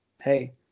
hey